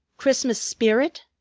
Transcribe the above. christmas spirit?